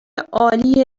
عالی